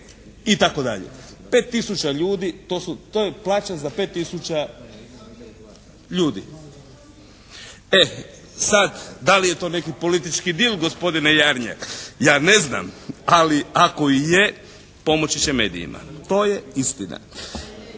itd. Pet tisuća ljudi, to je plaća za pet tisuća ljudi. E, sad da li je to neki politički deal gospodine Jarnjak, ja ne znam. Ali ako i je pomoći će medijima. To je istina.